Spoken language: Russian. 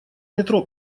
метро